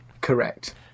correct